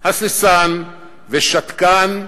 הססן ושתקן,